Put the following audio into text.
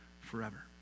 forever